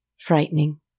Frightening